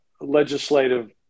legislative